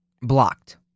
blocked